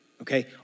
Okay